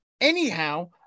anyhow